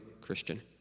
Christian